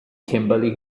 kimberly